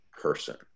person